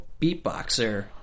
beatboxer